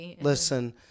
Listen